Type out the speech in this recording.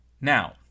Now